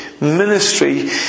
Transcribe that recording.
ministry